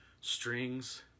strings